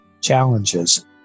challenges